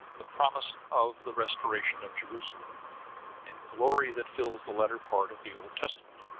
the promise of the restoration of jerusalem in glory that fills the latter part of the old testament.